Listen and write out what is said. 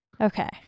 Okay